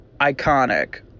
Iconic